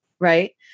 right